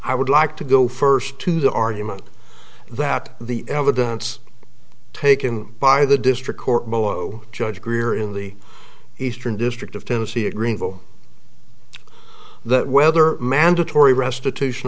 i would like to go first to the argument that the evidence taken by the district court below judge greer in the eastern district of tennessee a greenville that whether mandatory restitution